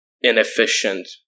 inefficient